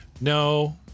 No